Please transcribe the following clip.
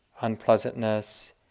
unpleasantness